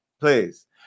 please